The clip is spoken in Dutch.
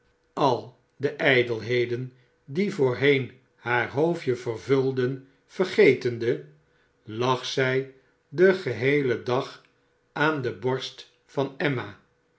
al de ijdelheden die voorheen haar hoofdje vervulden vergetende lag zij den geheelen dag aan de borst van emma